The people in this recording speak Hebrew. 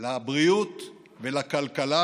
לבריאות ולכלכלה